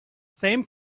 same